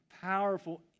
powerful